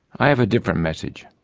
i have a different message.